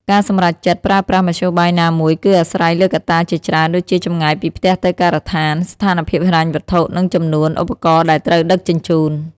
ការសម្រេចចិត្តប្រើប្រាស់មធ្យោបាយណាមួយគឺអាស្រ័យលើកត្តាជាច្រើនដូចជាចម្ងាយពីផ្ទះទៅការដ្ឋាន ស្ថានភាពហិរញ្ញវត្ថុ និងចំនួនឧបករណ៍ដែលត្រូវដឹកជញ្ជូន។